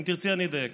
אם תרצי, אני אדייק.